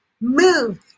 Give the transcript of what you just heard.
move